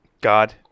God